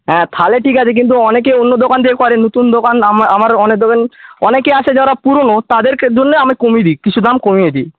হ্যাঁ তাহলে ঠিক আছে অনেকে অন্য দোকান থেকে করে নতুন দোকান আমার অনেক দোকান থেকে অনেকে আছে যারা পুরনো তাদের জন্য আমি কমিয়ে দিই কিছু দাম কমিয়ে দিই